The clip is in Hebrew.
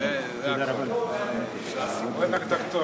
זו זכות עבורי להתייצב כאן,